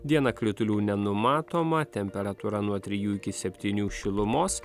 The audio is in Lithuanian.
dieną kritulių nenumatoma temperatūra nuo trijų iki septynių šilumos